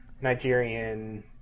Nigerian